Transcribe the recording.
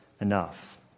enough